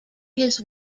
his